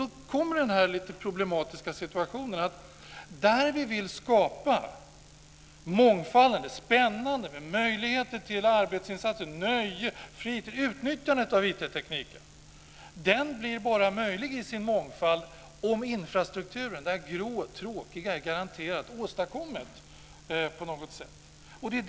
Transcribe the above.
Då kommer den problematiska situationen, nämligen att där vi vill skapa mångfald, spänning, möjligheter till arbetsinsatser, nöje, fritid, ett utnyttjande av IT-tekniken, bara blir möjlig om infrastrukturen - det grå, tråkiga - åstadkommes på något sätt.